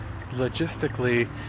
logistically